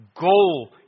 goal